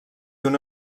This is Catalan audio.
una